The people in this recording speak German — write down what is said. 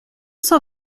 zur